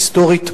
היסטורית.